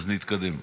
אז נתקדם.